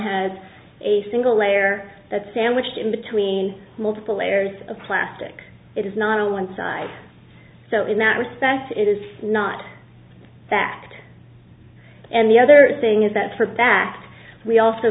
has a single layer that sandwiched in between multiple layers of plastic it is not on one side so in that respect it is not that and the other thing is that for back we also